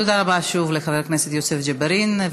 תודה רבה שוב לחבר הכנסת יוסף ג'בארין.